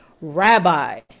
rabbi